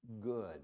good